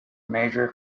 major